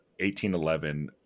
1811